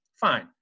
fine